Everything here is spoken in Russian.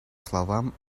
словам